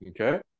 Okay